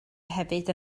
hefyd